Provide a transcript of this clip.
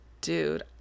dude